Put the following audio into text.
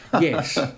yes